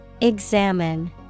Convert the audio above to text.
Examine